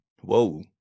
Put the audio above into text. Whoa